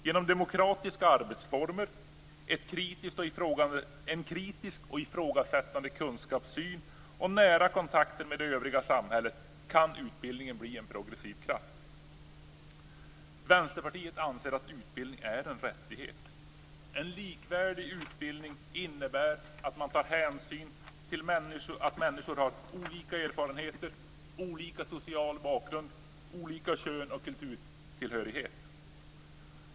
Genom demokratiska arbetsformer, en kritisk och ifrågasättande kunskapssyn och nära kontakter med det övriga samhället kan utbildningen bli en progressiv kraft. Vänsterpartiet anser att utbildning är en rättighet. En likvärdig utbildning innebär att man tar hänsyn till att människor har olika erfarenheter, olika social bakgrund och olika kön och kulturtillhörighet.